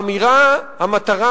האמירה: המטרה